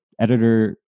editor